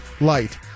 light